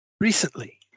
Recently